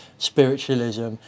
spiritualism